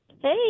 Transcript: Hey